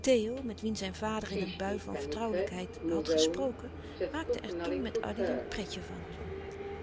theo met wien zijn vader in een bui van vertrouwelijkheid had gesproken maakte er toen met addy een pretje van